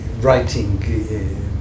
writing